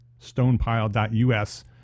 stonepile.us